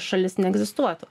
šalis neegzistuotų